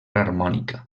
harmònica